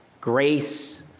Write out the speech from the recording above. grace